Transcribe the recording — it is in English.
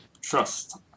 Trust